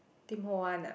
Tim-Ho-Wan ah